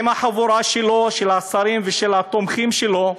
עם החבורה שלו של השרים ושל התומכים שלו,